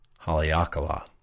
Haleakala